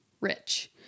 rich